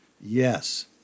Yes